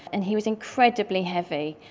and he was incredibly heavy.